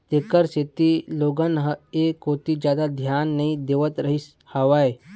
तेखर सेती लोगन ह ऐ कोती जादा धियान नइ देवत रहिस हवय